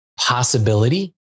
possibility